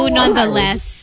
nonetheless